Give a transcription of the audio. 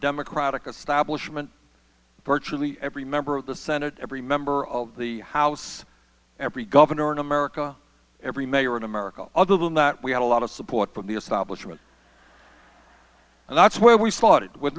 democratic establishment virtually every member of the senate every member of the house every governor in america every mayor in america other than that we had a lot of support from the establishment and that's where we started with